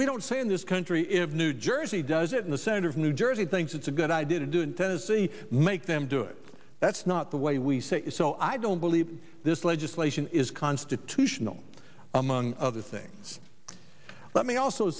don't say in this country if new jersey does it in the center of new jersey thinks it's a good idea to do in tennessee make them do it that's not the way we say it so i don't believe this legislation is constitutional among other things let me also